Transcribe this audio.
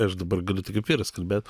aš dabar galiu tik kaip vyras kalbėt